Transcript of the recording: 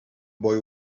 boy